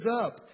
up